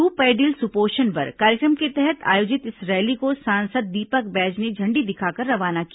दू पइडिल सुपोषण बर कार्यक्रम के तहत आयोजित इस रैली को सांसद दीपक बैज ने झंडी दिखाकर रवाना किया